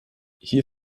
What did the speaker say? hier